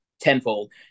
tenfold